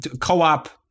co-op